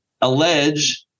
allege